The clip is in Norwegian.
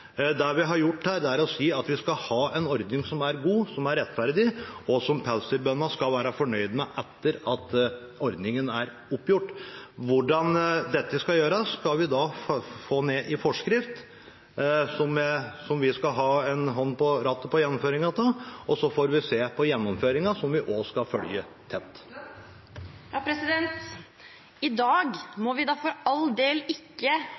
Det vi har gjort her, er å si at vi skal ha en ordning som er god, som er rettferdig, og som pelsdyrbøndene skal være fornøyd med etter at ordningen er oppgjort. Hvordan dette skal gjøres, skal vi få ned i forskrift, som vi skal ha en hånd på rattet på gjennomføringen av, og så får vi se på gjennomføringen, som vi også skal følge tett. I dag må vi for all del ikke